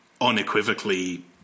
unequivocally